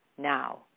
now